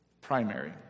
primary